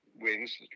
wins